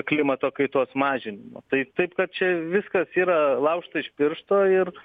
klimato kaitos mažinimo tai taip kad čia viskas yra laužta iš piršto ir